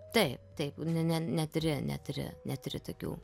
taip taip ne ne neturi neturi neturi tokių